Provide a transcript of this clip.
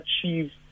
achieve